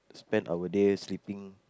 spend our day sleeping